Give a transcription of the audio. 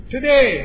Today